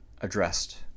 addressed